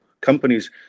companies